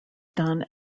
done